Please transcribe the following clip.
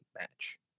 match